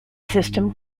system